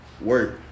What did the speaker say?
work